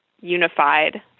unified